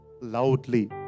Loudly